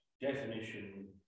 definition